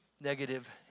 negative